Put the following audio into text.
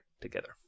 together